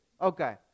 Okay